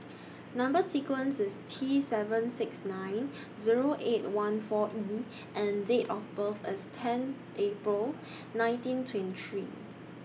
Number sequence IS T seven six nine Zero eight one four E and Date of birth IS ten April nineteen twenty three